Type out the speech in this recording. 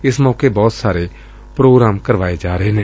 ਏਸ ਮੌਕੇ ਬਹੁਤ ਸਾਰੇ ਪ੍ਰੋਗਰਾਮ ਕਰਵਾਏ ਜਾ ਰਹੇ ਨੇ